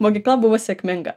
mokykla buvo sėkminga